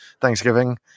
Thanksgiving